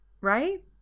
right